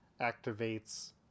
activates